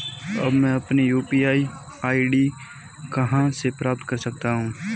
अब मैं अपनी यू.पी.आई आई.डी कहां से प्राप्त कर सकता हूं?